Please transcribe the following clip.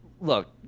look